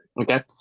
Okay